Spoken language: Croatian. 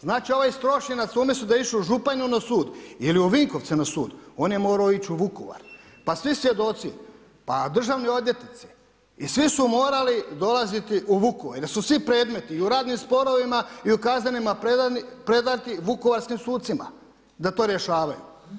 Znači ovaj iz Strošinaca umjesto da je išao u Županju na sud ili u Vinkovce na sud on je morao ići u Vukovar, pa svi svjedoci, pa državni odvjetnici i svi su morali dolaziti u Vukovar i da su svi predmeti i u radnim sporovima i u kaznenima predati vukovarskim sucima da to rješavaju.